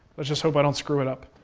let's just hope i don't screw it up.